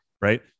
right